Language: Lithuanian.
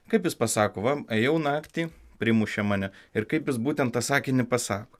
kaip jis pasako va ėjau naktį primušė mane ir kaip jis būtent tą sakinį pasako